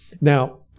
Now